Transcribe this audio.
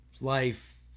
life